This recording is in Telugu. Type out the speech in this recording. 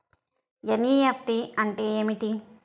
ఎన్.ఈ.ఎఫ్.టీ అంటే ఏమిటీ?